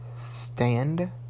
Stand